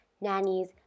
nannies